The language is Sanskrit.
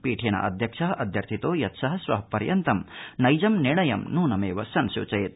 पीठेन अध्यक्ष अध्यर्थितो यत् स श्व पर्यन्तं नैजं निर्णयं नूनमेव संसूचयेत्